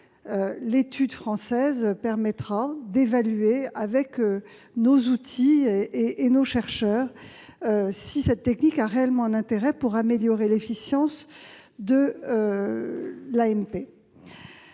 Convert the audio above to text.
l'étude française permettra d'évaluer avec nos outils et nos chercheurs si cette technique a un intérêt réel pour améliorer l'efficience de l'AMP.